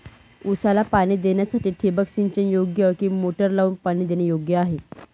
ऊसाला पाणी देण्यासाठी ठिबक सिंचन योग्य कि मोटर लावून पाणी देणे योग्य आहे?